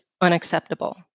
unacceptable